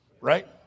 right